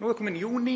nú er kominn júní